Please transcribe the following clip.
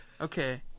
Okay